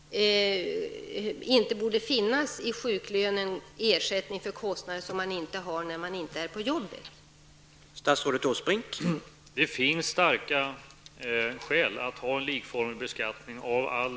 Ersättning för kostnader som man inte har när man inte är på jobbet borde ju ändå inte ingå i sjuklönen.